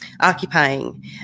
occupying